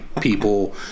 people